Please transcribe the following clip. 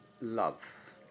love